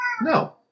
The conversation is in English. No